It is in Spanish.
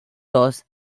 dos